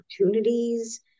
opportunities